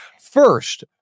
First